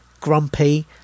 grumpy